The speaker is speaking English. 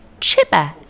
chipper